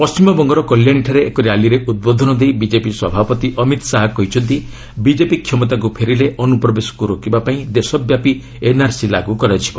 ପଣ୍ଢିମବଙ୍ଗର କଲ୍ୟାଣୀଠାରେ ଏକ ର୍ୟାଲିରେ ଉଦ୍ବୋଧନ ଦେଇ ବିଜେପି ସଭାପତି ଅମିତ୍ ଶାହା କହିଛନ୍ତି ବିଜେପି କ୍ଷମତାକୁ ଫେରିଲେ ଅନୁପ୍ରବେଶକୁ ରୋକିବାପାଇଁ ଦେଶବ୍ୟାପୀ ଏନ୍ଆର୍ସି ଲାଗୁ କରାଯିବ